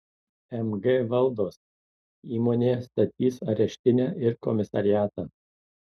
mg valdos įmonė statys areštinę ir komisariatą